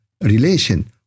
relation